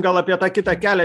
gal apie tą kitą kelią